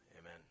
Amen